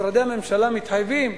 משרדי ממשלה מתחייבים.